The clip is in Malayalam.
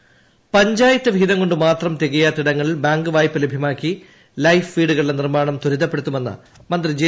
മേഴ്സിക്കുട്ടിയമ്മ പഞ്ചായത്ത് വിഹിതം കൊണ്ട് മാത്രം തികയാത്ത ഇടങ്ങളിൽ ബാങ്ക് വായ്പ ലഭ്യമാക്കി ലൈഫ് വീടുകളുടെ നിർമാണം ത്വരിതപ്പെടുത്തുമെന്ന് മന്ത്രി ജെ